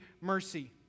mercy